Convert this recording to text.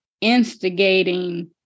instigating